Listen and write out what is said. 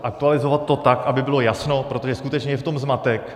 Aktualizovat to tak, aby bylo jasno, protože skutečně je v tom zmatek.